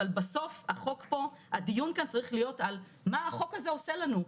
אבל בסוף הדיון כאן צריך להיות על מה החוק הזה עושה לנו.